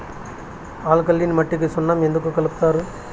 alkaline మట్టికి సున్నం ఎందుకు కలుపుతారు